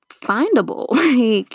findable